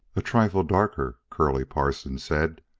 a trifle darker, curly parson said.